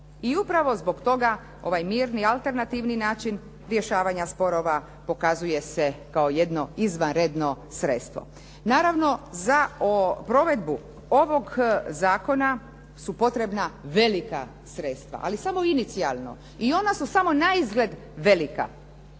I upravo zbog toga ovaj mirni alternativni način rješavanja sporova pokazuje se kao jedno izvanredno sredstvo. Naravno za provedbu ovoga zakona su potrebna velika sredstva, ali samo inicijalno i ona su samo naizgled velika.